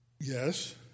yes